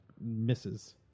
misses